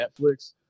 Netflix